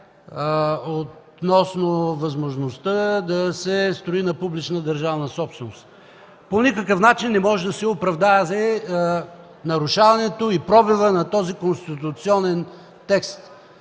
относно възможността да се строи на публична държавна собственост. По никакъв начин не може да се оправдае нарушаването и пробива на този конституционен текст.